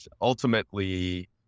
ultimately